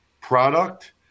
product